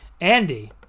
Andy